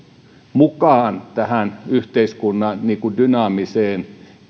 mukaan yhteiskunnan dynaamiseen